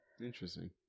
Interesting